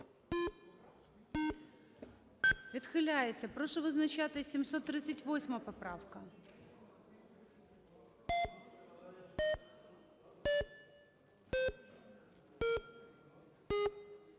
Відхиляється. Прошу визначатись – 738 поправка.